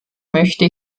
möchte